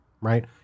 right